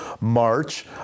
March